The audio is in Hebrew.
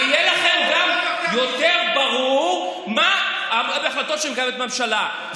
ויהיה לכם גם יותר ברור מה ההחלטות שמקבלת הממשלה.